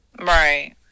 Right